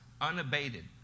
unabated